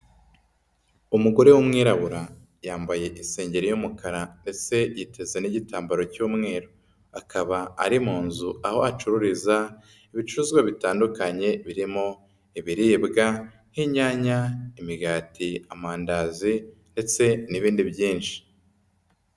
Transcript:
Umugore w'umwirabura yambaye isengeri y'umukara ndetse yiteze n'igitambaro cy'umweru. Akaba ari mu nzu, aho acururiza ibicuruzwa bitandukanye birimo ibiribwa nk'inyanya, imigati, amandazi ndetse n'ibindi byinshi.